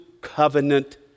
covenant